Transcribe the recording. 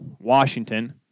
Washington